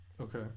Okay